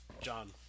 John